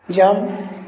jump